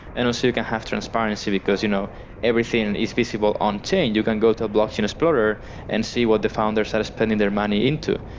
and also you can have transparency, because you know everything and is feasible on change. you can go to a blockchain explorer and see what the founders are spending their money into.